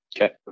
Okay